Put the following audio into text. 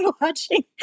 watching